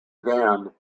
van